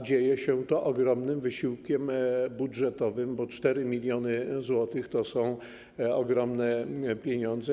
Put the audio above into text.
Dzieje się to z ogromnym wysiłkiem budżetowym, bo 4 mld zł to są ogromne pieniądze.